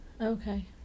Okay